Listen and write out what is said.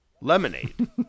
Lemonade